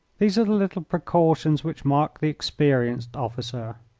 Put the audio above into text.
these are the little precautions which mark the experienced officer.